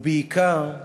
ובעיקר,